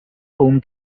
home